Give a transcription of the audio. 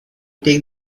take